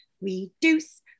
Reduce